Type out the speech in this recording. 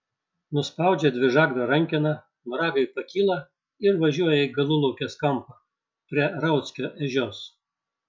nuspaudžia dvižagrio rankeną noragai pakyla ir važiuoja į galulaukės kampą prie rauckio ežios